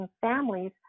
families